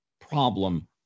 problem